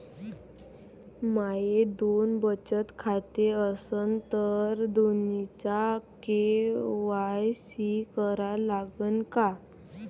माये दोन बचत खाते असन तर दोन्हीचा के.वाय.सी करा लागन का?